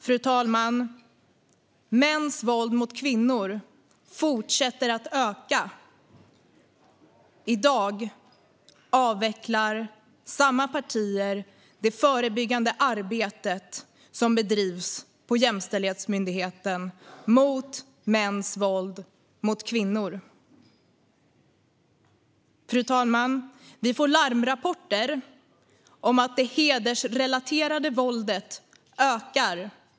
Fru talman! Mäns våld mot kvinnor fortsätter att öka. I dag avvecklar samma partier det förebyggande arbete som bedrivs på Jämställdhetsmyndigheten mot mäns våld mot kvinnor. Fru talman! Vi får larmrapporter om att det hedersrelaterade våldet ökar.